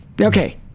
Okay